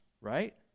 right